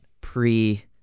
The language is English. pre